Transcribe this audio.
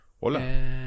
Hola